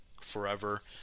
forever